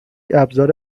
ابزار